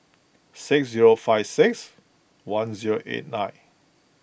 six zero five six one zero eight nine